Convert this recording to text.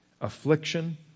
Affliction